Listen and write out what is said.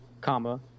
comma